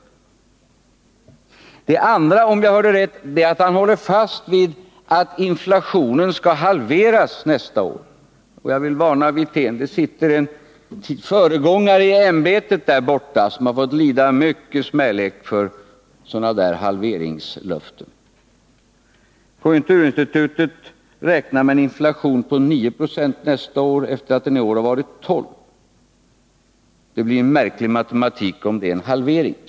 För det andra håller Rolf Wirtén, om jag hörde rätt, fast vid att inflationen skall halveras nästa år. Jag vill varna honom; det sitter en föregångare i ämbetet här i kammaren som har fått lida mycken smälek för sådana där halveringslöften. Konjunkturinstitutet räknar med en inflation på 9 70 nästa år efter det att den har varit 12 26. Det blir en märklig matematik om det är en halvering.